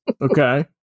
okay